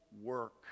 work